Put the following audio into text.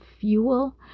fuel